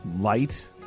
Light